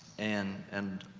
and, and,